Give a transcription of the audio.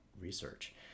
research